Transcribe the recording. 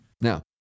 Now